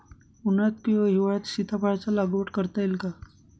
उन्हाळ्यात किंवा हिवाळ्यात सीताफळाच्या लागवड करता येईल का?